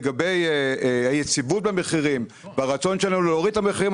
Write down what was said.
לגבי היציבות במחירים והרצון שלנו להוריד את המחרים,